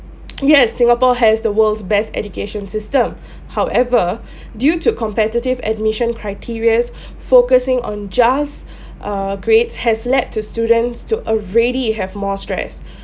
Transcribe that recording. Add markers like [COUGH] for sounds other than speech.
yes singapore has the world's best education system [BREATH] however [BREATH] due to competitive admission criterias [BREATH] focusing on just [BREATH] err grades has led to students to already have more stress